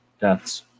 deaths